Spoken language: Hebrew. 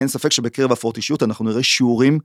אין ספק שבקרב הפרעות אישיות אנחנו נראה שיעורים.